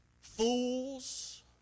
fools